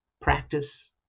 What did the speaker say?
practice